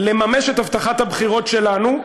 לממש את הבטחת הבחירות שלנו,